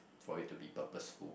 for it to be purposeful